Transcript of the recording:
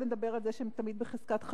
לא נדבר על זה שהם תמיד בחזקת חשוד.